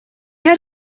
had